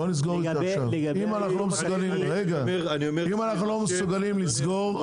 אם אנחנו לא מסוגלים לסגור,